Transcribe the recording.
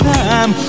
time